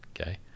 okay